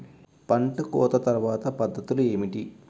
పంట కోత తర్వాత పద్ధతులు ఏమిటి?